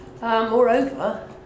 Moreover